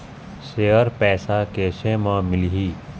Share पैसा कैसे म मिलही?